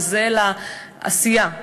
וזה לעשייה,